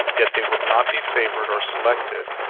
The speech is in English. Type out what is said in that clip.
yet they would not be favoured or selected,